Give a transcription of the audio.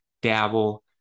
dabble